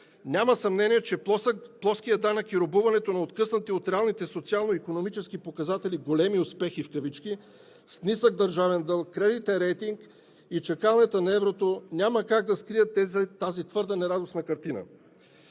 Няма съмнение, че плоският данък и робуването на откъснати от реалните социално икономически показатели големи успехи в кавички, с нисък държавен дълг, кредитен рейтинг и чакалнята на еврото няма как да скрият тази твърда нерадостна картина.